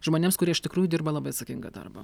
žmonėms kurie iš tikrųjų dirba labai atsakingą darbą